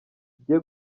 zigiye